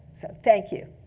thank you.